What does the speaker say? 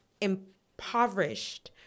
impoverished